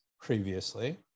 previously